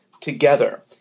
together